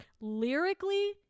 Lyrically